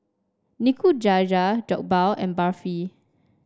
Nikujaga Jokbal and Barfi